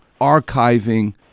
archiving